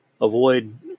avoid